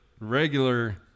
Regular